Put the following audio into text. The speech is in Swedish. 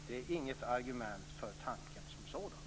Det är inget argument för tanken som sådan.